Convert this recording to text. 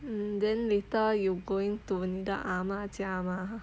mm then later you going to 你的阿嫲家吗